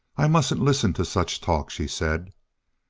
i mustn't listen to such talk, she said.